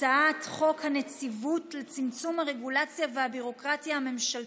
הצעת חוק הנציבות לצמצום הרגולציה והביורוקרטיה הממשלתית,